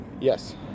Yes